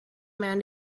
man